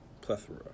plethora